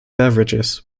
beverages